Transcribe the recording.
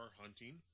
hunting